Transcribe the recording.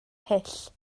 hyll